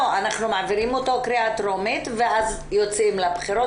אנחנו מעבירים אותו בקריאה טרומית ואז יוצאים לבחירות,